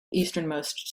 easternmost